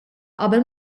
qabel